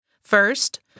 First